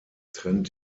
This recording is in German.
trennt